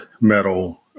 metal